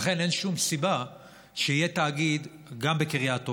לכן, אין שום סיבה שיהיה תאגיד גם בקריית אונו,